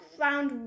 found